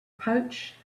pouch